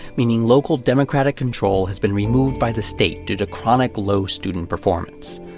meaning local democratic control has been removed by the state due to chronic low student performance.